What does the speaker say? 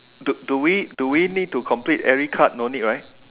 do do we do we need to complete every card no need right